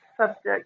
subject